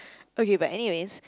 okay but anyways